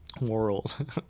world